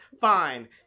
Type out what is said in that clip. Fine